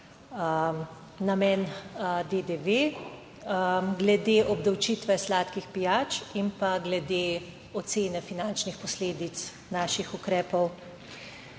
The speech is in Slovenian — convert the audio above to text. namen DDV glede obdavčitve sladkih pijač in pa glede ocene finančnih posledic naših ukrepov.